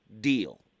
deal